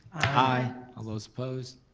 aye. all those opposed,